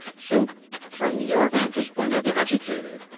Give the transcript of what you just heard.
so from your vantage point as an educator,